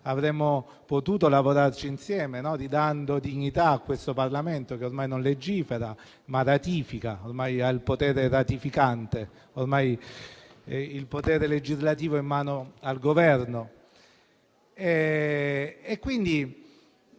avremmo potuto lavorarci insieme, ridando dignità a questo Parlamento, che ormai non legifera ma ratifica. Ormai ha il potere ratificante, in quanto il potere legislativo è in mano al Governo. Del